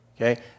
Okay